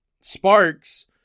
Sparks